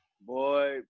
Boy